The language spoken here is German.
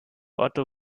otto